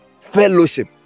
fellowship